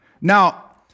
Now